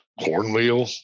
cornmeal